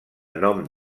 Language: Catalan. nom